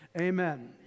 Amen